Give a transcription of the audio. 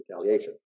retaliation